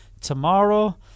tomorrow